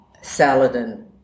Saladin